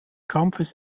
kampfes